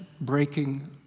breaking